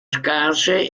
scarse